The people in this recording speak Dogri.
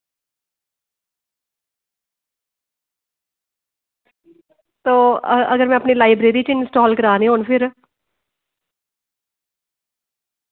ते ओह् अगर में अपनी लाईब्रेरी च इंस्टॉल कराने होन फिर